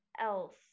else